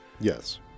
Yes